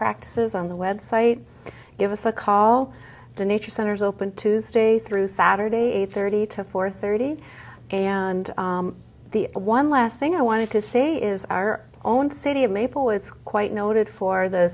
practices on the website give us a call the nature center is open tuesday through saturday eight thirty to four thirty and the one last thing i wanted to say is our own city of maple it's quite noted for the